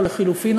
או לחלופין,